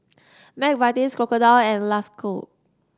McVitie's Crocodile and Lacoste